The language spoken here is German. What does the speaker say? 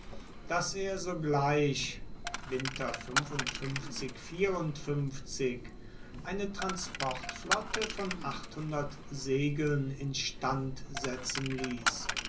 daß er sogleich eine transportflotte von segeln instand setzen ließ